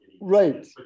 Right